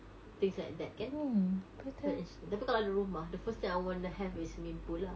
things like that kan so that is tapi kalau ada rumah the first thing I want to have is swimming pool lah